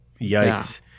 Yikes